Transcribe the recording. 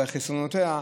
אולי חסרונותיה.